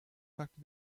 fragte